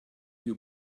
you